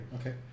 okay